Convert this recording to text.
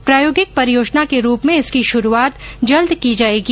प्रायोगिक परियोजना के रूप में इसकी शुरुआत जल्द की जाएगी